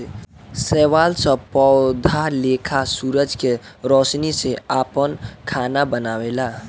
शैवाल सब पौधा लेखा सूरज के रौशनी से आपन खाना बनावेला